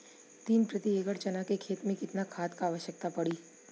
तीन प्रति एकड़ चना के खेत मे कितना खाद क आवश्यकता पड़ी?